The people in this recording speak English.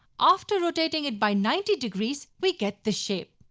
after rotating it by ninety degrees. we get this shape.